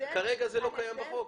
כרגע זה לא קיים בחוק.